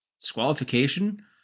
disqualification